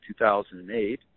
2008